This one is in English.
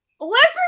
listen